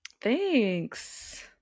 thanks